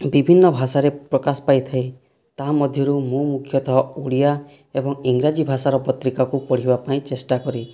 ବିଭିନ୍ନ ଭାଷାରେ ପ୍ରକାଶ ପାଇଥାଏ ତାହା ମଧ୍ୟରୁ ମୁଁ ମୁଖ୍ୟତଃ ଓଡ଼ିଆ ଏବଂ ଇଂରାଜୀ ଭାଷାର ପତ୍ରିକାକୁ ପଢ଼ିବା ପାଇଁ ଚେଷ୍ଟା କରେ